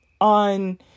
on